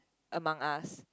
among us